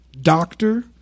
doctor